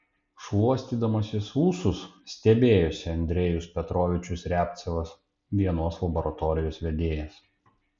šluostydamasis ūsus stebėjosi andrejus petrovičius riabcevas vienos laboratorijos vedėjas